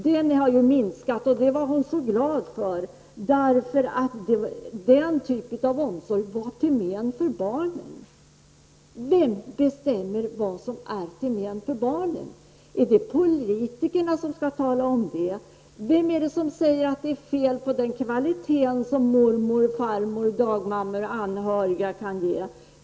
Den barnomsorgen har minskat, och det var hon så glad för eftersom den typen av omsorg är till men för barnen. Vem bestämmer vad som är till men för barnen? Är det politikerna som skall tala om detta? Vem är det som säger att det är fel på den kvaliteten på omsorg som mormor, farmor, anhöriga och dagmammor kan ge?